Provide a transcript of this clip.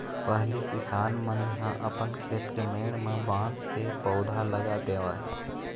पहिली किसान मन ह अपन खेत के मेड़ म बांस के पउधा लगा देवय